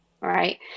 right